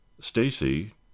Stacy